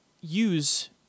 use